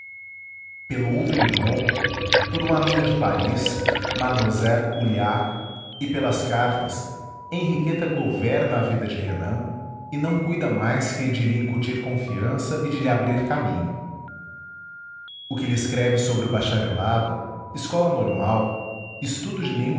pelo outro irmão por uma amiga de paris mlle ulliac e pelas cartas henriqueta governa a vida de renan e não cuida mais que de lhe incutir confiança e de lhe abrir caminho o que lhe escreve sobre o bacharelado escola normal estudo